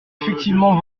effectivement